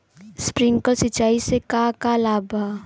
Sprinkler सिंचाई से का का लाभ ह?